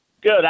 Good